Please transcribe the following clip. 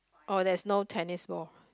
or there is no tennis ball